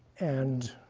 and